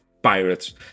pirates